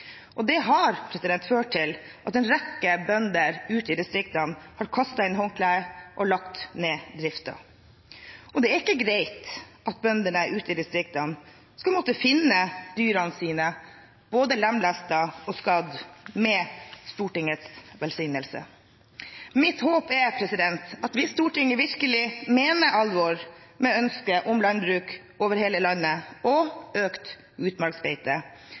Det har ført til at en rekke bønder ute i distriktene har kastet inn håndkledet og lagt ned driften. Det er ikke greit at bøndene ute i distriktene skal måtte finne dyrene sine både lemlestet og skadd med Stortingets velsignelse. Mitt håp er at hvis Stortinget virkelig mener alvor med ønsket om landbruk over hele landet og økt utmarksbeite,